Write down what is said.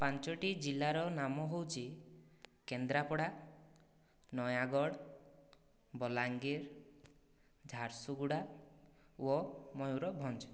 ପାଞ୍ଚୋଟି ଜିଲ୍ଲାର ନାମ ହେଉଛି କେନ୍ଦ୍ରାପଡ଼ା ନୟାଗଡ଼ ବଲାଙ୍ଗୀର ଝାରସୁଗୁଡ଼ା ଓ ମୟୂରଭଞ୍ଜ